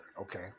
okay